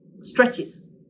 Stretches